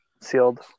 sealed